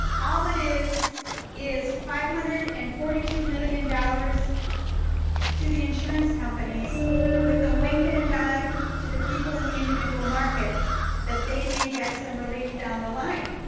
all it is is five hundred and forty two million dollars to the insurance companies with a wink and a nod to the people in the individual market that they may get some relief down the line.